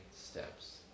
steps